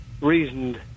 reasoned